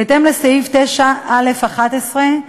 בהתאם לסעיף 9(א)(11)